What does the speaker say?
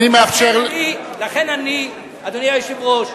אני מאפשר, לכן, אדוני היושב-ראש,